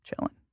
chilling